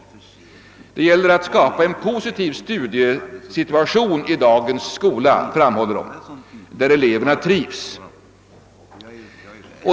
De framhåller att det gäller att skapa en positiv studiesituation i dagens skola, så att eleverna trivs.